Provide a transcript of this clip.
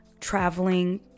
traveling